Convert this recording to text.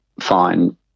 fine